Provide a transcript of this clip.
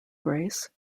grace